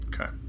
Okay